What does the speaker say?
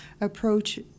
approach